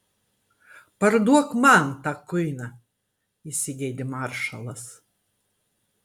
parduok man tą kuiną įsigeidė maršalas